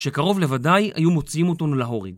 שקרוב לוודאי היו מוציאים אותנו להורג